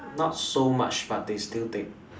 not so much but they still take